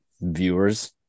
viewers